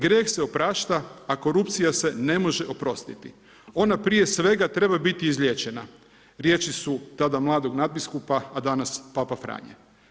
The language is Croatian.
Grijeh se oprašta a korupcija se ne može oprostiti, ona prije svega treba biti izliječena.“ Riječi su tada mladog nadbiskupa a danas papa Franje.